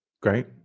Great